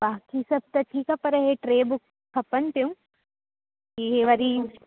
बाक़ी सभु त ठी्कु आहे पर हे टे बुक खपनि पियूं ही हे वारी